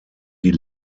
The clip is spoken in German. die